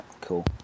cool